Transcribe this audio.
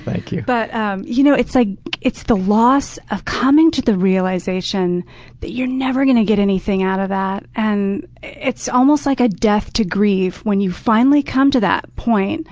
thank you. but um you know it's like it's the loss of coming to the realization that you're never going to get anything out of that. and it's almost like a death to grieve when you finally come to that point